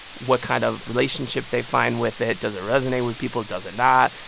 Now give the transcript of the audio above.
what kind of relationship they find with it. does it resonate with people? does it not?